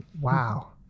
Wow